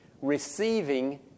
receiving